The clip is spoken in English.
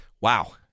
wow